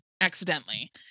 accidentally